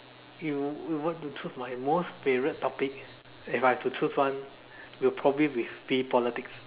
you you want to choose my most favourite topic if I have to choose one will probably be be politics